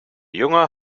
jongen